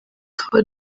tukaba